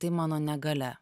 tai mano negalia